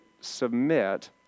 submit